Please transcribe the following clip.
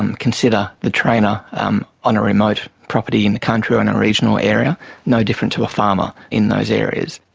and consider the trainer um on a remote property in the country or in a regional area no different to a farmer in those areas.